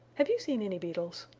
have you seen any beetles?